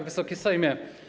Wysoki Sejmie!